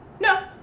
No